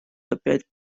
опять